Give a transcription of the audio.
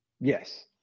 Yes